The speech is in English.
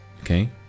Okay